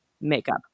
makeup